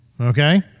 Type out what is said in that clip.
okay